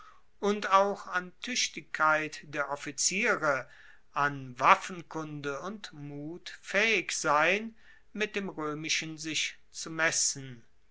und auch an tuechtigkeit der offiziere an waffenkunde und mut faehig sein mit dem roemischen sich zu messen